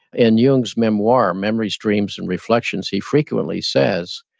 and jung's memoir, memories, dreams, and reflections he frequently says,